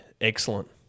excellent